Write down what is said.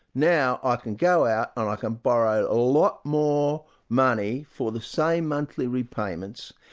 now ah i can go out and i can borrow a lot more money for the same monthly repayments,